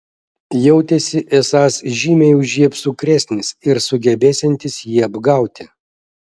jautėsi esąs žymiai už jį apsukresnis ir sugebėsiantis jį apgauti